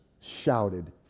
shouted